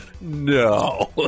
No